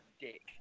dick